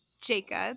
Jacob